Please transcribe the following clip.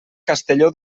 castelló